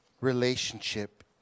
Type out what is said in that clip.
relationship